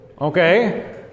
Okay